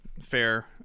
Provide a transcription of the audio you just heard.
fair